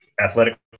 Athletic